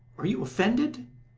are you offended?